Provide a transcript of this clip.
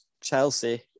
Chelsea